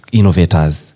innovators